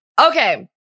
Okay